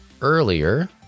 earlier